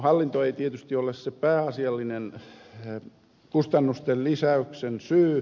hallinto ei tietysti ole se pääasiallinen kustannusten lisäyksen syy